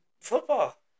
football